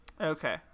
Okay